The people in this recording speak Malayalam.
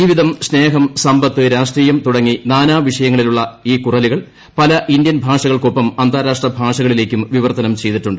ജീവീതം സ്നേഹം സ്നീത്ത് രാഷ്ട്രീയം തുടങ്ങി നാനാ വിഷയങ്ങളിലുള്ള ഈ കുറ്റലുകൾ പല ഇന്ത്യൻ ഭാഷകൾക്കൊപ്പം അന്താരാഷ്ട്ര ഭാഷകളില്ലേക്കും വിവർത്തനം ചെയ്തിട്ടുണ്ട്